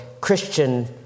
Christian